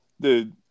Dude